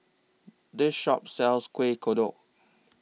This Shop sells Kuih Kodok